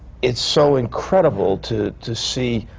it's so incredible to to see,